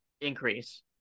increase